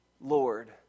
Lord